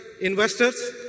investors